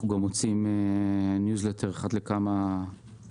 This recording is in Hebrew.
אנחנו גם מוציאים ניוזלטר אחת לחודשיים,